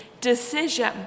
decision